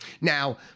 now